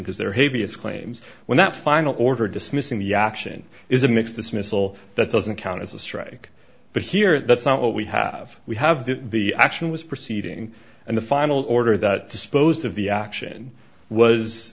because there havey its claims when that final order dismissing the action is a mixed dismissal that doesn't count as a strike but here that's not what we have we have the action was proceeding and the final order that disposed of the action was